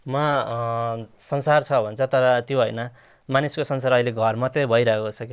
मा संसार छ भन्छ तर त्यो होइन मानिसको संसार अहिले घर मात्रै भइरहेको छ के